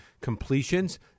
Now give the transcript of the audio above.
completions